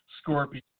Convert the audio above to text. scorpion